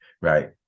right